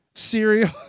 cereal